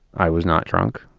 i was not drunk.